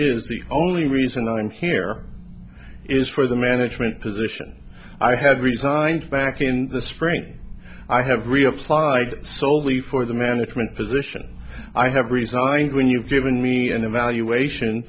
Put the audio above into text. is the only reason i'm here is for the management position i have resigned back in the spring i have reapplied soley for the management position i have resigned when you've given me an evaluation